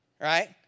right